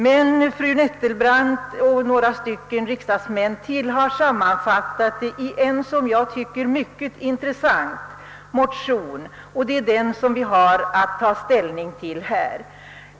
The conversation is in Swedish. Men fru Nettelbrandt och ytterligare några riksdagsledamöter har sammanfattat dessa synpunkter i en som jag tycker mycket intressant motion, och det är den vi nu har att ta ställning till.